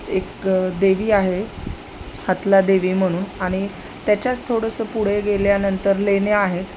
एक देवी आहे हथला देवी म्हणून आणि त्याच्याच थोडंसं पुढे गेल्यानंतर लेण्या आहेत